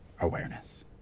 awareness